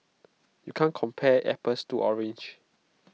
you can't compare apples to oranges